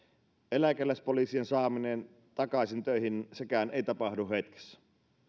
eläkeläispoliisien saaminen takaisin töihin sekään ei tapahdu hetkessä